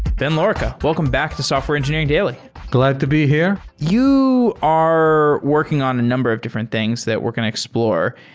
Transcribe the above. ben lorica, welcome to software engineering daily glad to be here you are working on a number of different things that we're going to explore,